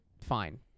Fine